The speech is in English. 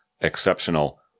exceptional